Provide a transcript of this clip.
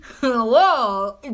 whoa